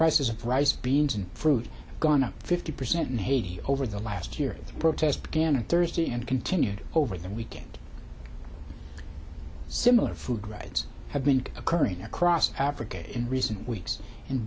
prices of rice beans and fruit gone up fifty percent in haiti over the last year the protests began on thursday and continued over the weekend similar food riots have been occurring across africa in recent weeks in